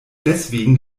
deswegen